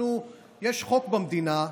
יש חוק במדינה,